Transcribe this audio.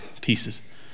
pieces